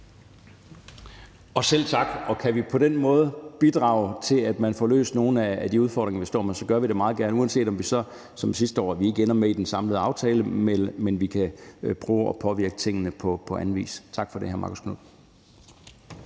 Selv tak, og kan vi på den måde bidrage til, at man får løst nogle af de udfordringer, vi står med, gør vi det meget gerne, uanset om vi så som sidste år ikke ender med at være med i den samlede aftale. Men vi kan prøve at påvirke tingene på anden vis. Tak for det, hr. Marcus Knuth.